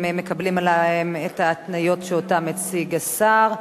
הם מקבלים עליהם את ההתניות שאותן הציג השר,